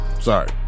Sorry